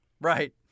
Right